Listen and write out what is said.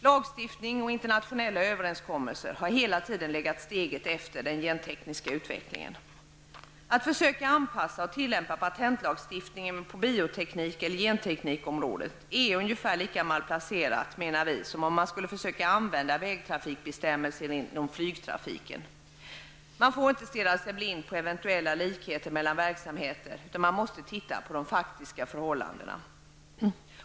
Lagstiftning och internationella överenskommelser har hela tiden legat steget efter den gentekniska utvecklingen. Att försöka anpassa och tillämpa patentlagstiftningen på bioteknik eller genteknikområdet är ungefär lika malplacerat som om man skulle försöka använda vägtrafikbestämmelser inom flygtrafiken. Man får inte stirra sig blind på eventuella likheter mellan verksamheter, utan man måste titta på de faktiska förhållandena.